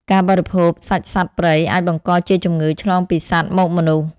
ការបរិភោគសាច់សត្វព្រៃអាចបង្កជាជំងឺឆ្លងពីសត្វមកមនុស្ស។